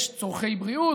יש צורכי בריאות,